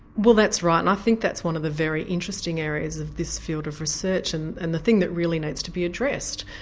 well that's right and i think that's one of the very interesting areas of this field of research and and the thing that really needs to be addressed.